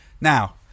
Now